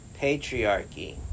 patriarchy